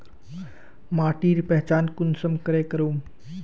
माटिर पहचान कुंसम करे करूम?